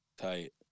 Tight